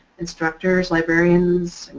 instructors, librarians,